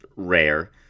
rare